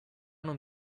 non